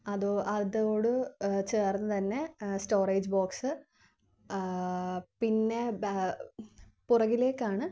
അതോട് ചേർന്നു തന്നെ സ്റ്റോറേജ് ബോക്സ് പിന്നെ പുറകിലേക്കാണ്